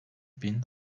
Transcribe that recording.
bin